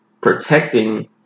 protecting